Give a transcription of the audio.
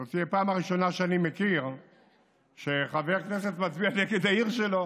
זאת תהיה פעם ראשונה שאני מכיר שחבר כנסת מצביע נגד העיר שלו,